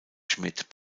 schmid